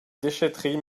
déchèterie